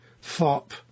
fop